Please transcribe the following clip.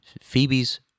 Phoebe's